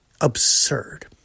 absurd